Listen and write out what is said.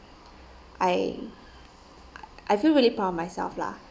I I feel really proud of myself lah